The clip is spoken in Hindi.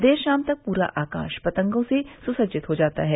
देर शाम तक प्रा आकाश पतंगों से सुसज्जित हो जाता है